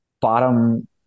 bottom